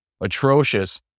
Atrocious